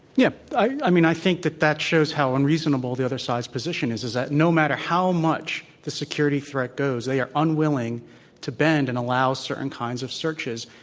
yeah. i mean, i think that that shows how unreasonable the other side's position is that that no matter how much the security threat goes, they are unwilling to bend and allow certain kinds of searches.